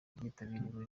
ryitabiriwe